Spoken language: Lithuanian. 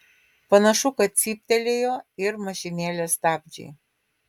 panašu kad cyptelėjo ir mašinėlės stabdžiai